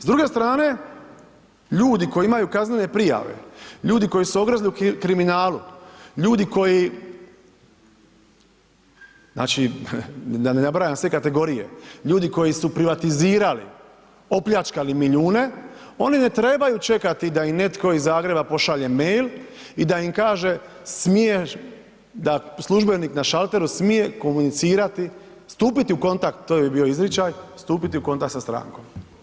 S druge strane, ljudi koji imaju kaznene prijave, ljudi koji su ogrezli u kriminalu, ljudi koji znači, da ne nabrajam sve kategorije, ljudi koji su privatizirali, opljačkali milijune, oni ne trebaju čekati da im netko iz Zagreba pošalje mail i da im kaže smiješ da službenik na šalteru smije komunicirati, stupiti u kontakt, to je bio izričaj, stupiti u kontakt sa strankom.